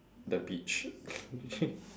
the beach